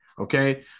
Okay